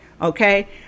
Okay